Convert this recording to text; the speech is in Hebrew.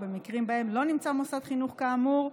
ובמקרים שבהם לא נמצא מוסד חינוך כאמור,